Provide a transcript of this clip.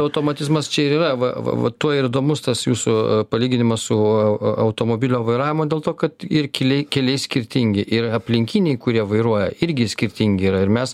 automatizmas čia ir yra va va va tuoj ir įdomus tas jūsų palyginimas su automobilio vairavimo dėl to kad ir keliai keliai skirtingi ir aplinkiniai kurie vairuoja irgi skirtingi yra ir mes